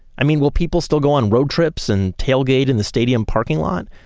i mean, will people still go on road trips and tailgate in the stadium parking lot?